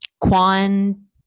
Quan